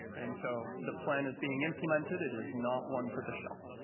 and so the plan is being implemented. it is not one for the shelf.